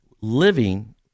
living